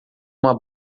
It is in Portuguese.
uma